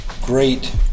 great